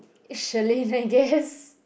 it's Sherlyn I guess